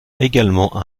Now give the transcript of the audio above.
également